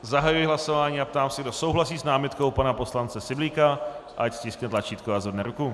Zahajuji hlasování a ptám se, kdo souhlasí s námitkou pana poslance Syblíka, ať stiskne tlačítko a zvedne ruku.